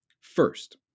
First